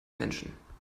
menschen